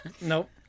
Nope